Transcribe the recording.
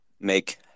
make